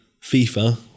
FIFA